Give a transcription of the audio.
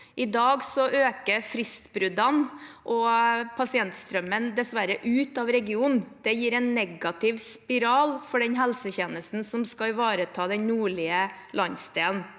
dessverre fristbruddene og pasientstrømmen som går ut av regionen. Det gir en negativ spiral for den helsetjenesten som skal ivareta den nordlige landsdelen.